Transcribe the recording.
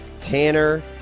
Tanner